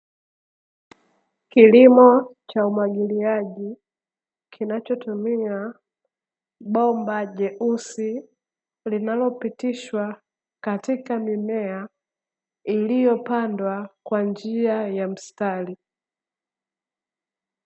Kilimo cha umwagiliaji, kinachotumia bomba jeusi linalopitishwa katika mimea, iliyopandwa kwa njia ya mstari.